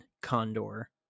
condor